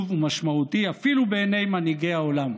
ומשמעותי אפילו בעיני מנהיגי העולם.